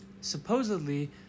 supposedly